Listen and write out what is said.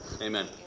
Amen